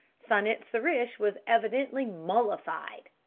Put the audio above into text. san-it-sa-rish was evidently mollified.